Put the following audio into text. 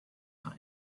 line